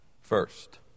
first